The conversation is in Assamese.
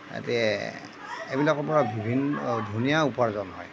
আদি এইবিলাকৰপৰা বিভিন্ন ধুনীয়া উপাৰ্জন হয়